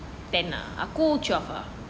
ten ah aku twelve ah